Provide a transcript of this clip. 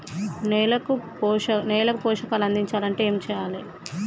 నేలకు పోషకాలు అందించాలి అంటే ఏం చెయ్యాలి?